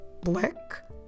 Black